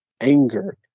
anger